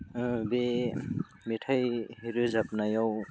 बे मेथाइ रोजाबनायाव